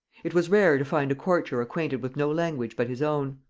it was rare to find a courtier acquainted with no language but his own.